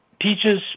teaches